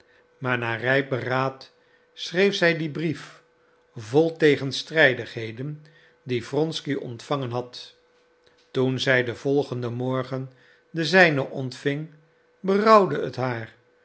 maar na rijp beraad schreef zij dien brief vol tegenstrijdigheden dien wronsky ontvangen had toen zij den volgenden morgen den zijnen ontving berouwde het haar